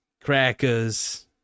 Crackers